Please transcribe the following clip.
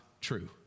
true